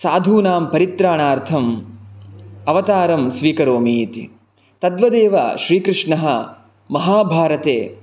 साधूनां परित्राणार्थं अवतारं स्वीकरोमि इति तद्वदेव श्रीकृष्णः महाभारते